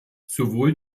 sowohl